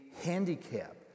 handicap